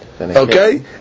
Okay